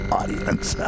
audience